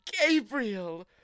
Gabriel